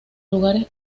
lugares